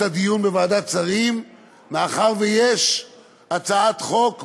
הדיון בוועדת שרים מאחר שיש הצעת חוק בנושא,